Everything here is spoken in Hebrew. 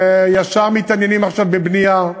וישר מתעניינים עכשיו בבנייה,